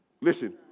Listen